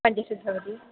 पञ्चाशत्भवति